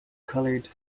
coloured